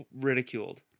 ridiculed